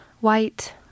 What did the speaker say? white